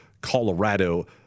Colorado